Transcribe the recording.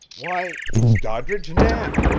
why, it's doddridge knapp!